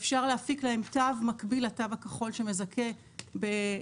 אפשר להפיק להם תו מקביל לתו הכחול שמזכה בנסיעה